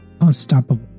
unstoppable